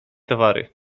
towary